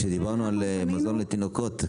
כשדיברנו על מזון לתינוקות,